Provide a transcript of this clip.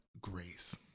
grace